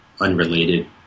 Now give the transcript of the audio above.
unrelated